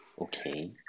okay